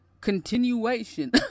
continuation